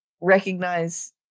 recognize